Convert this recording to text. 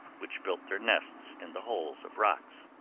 which built their nests in the holes of rocks.